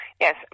Yes